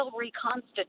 reconstitute